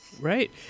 Right